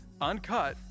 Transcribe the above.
uncut